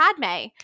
Padme